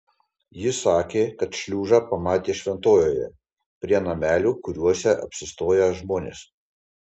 ji sakė kad šliužą pamatė šventojoje prie namelių kuriuose apsistoja žmonės